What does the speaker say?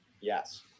Yes